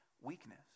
weakness